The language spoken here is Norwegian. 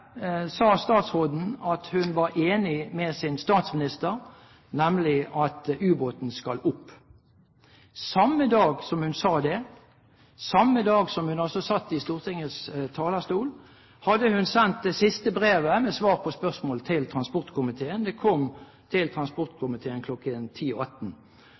sa statsråden at hun var enig med sin statsminister, nemlig at ubåten skal opp. Samme dag som hun sa det, samme dag som hun altså sto på Stortingets talerstol, hadde hun sendt det siste brevet med svar på spørsmål til transportkomiteen – det kom til